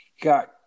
got